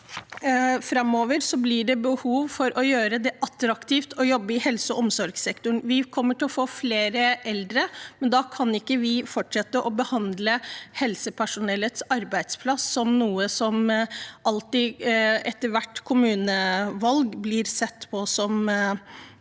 framover blir det behov for å gjøre det attraktivt å jobbe i helse- og omsorgssektoren. Vi kommer til å få flere eldre, og da kan vi ikke fortsette å behandle helsepersonellets arbeidsplass som noe som etter hvert kommunevalg alltid blir sett på som noe